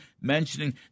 mentioning